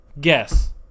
Guess